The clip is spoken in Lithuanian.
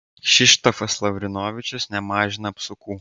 kšištofas lavrinovičius nemažina apsukų